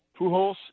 Pujols